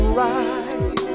right